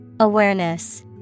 Awareness